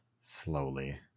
slowly